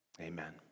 Amen